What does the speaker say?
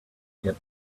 get